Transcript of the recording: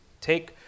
take